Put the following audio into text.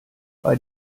bei